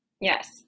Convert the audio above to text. Yes